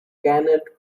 canned